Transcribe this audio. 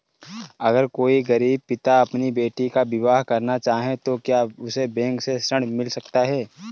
अगर कोई गरीब पिता अपनी बेटी का विवाह करना चाहे तो क्या उसे बैंक से ऋण मिल सकता है?